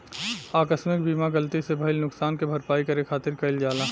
आकस्मिक बीमा गलती से भईल नुकशान के भरपाई करे खातिर कईल जाला